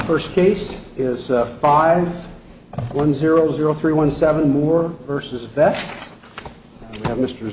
first case is five one zero zero three one seven more versus that mr